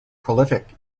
prolific